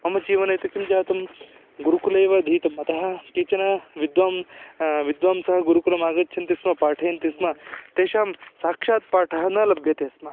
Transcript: मम जीवने तु किं जातं गुरुकुले एव अधीतम् अतः केचन विद्वांसः विद्वांसः गुरुकुलमागच्छन्ति स्म पाठयन्ति स्म तेषां साक्षात् पाठः न लभ्यते स्म